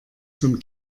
zum